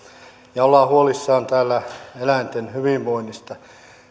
ja ollaan huolissaan täällä eläinten hyvinvoinnista